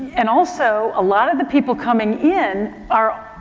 and also a lot of the people coming in are,